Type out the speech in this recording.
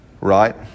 Right